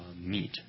meet